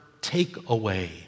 takeaway